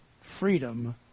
freedom